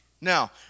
Now